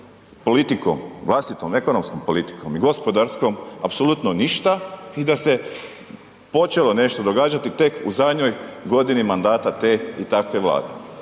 politikom vlastitom, ekonomskom politikom i gospodarskom apsolutno ništa i da se počelo nešto događati tek u zadnjoj godini mandata te i takve Vlade.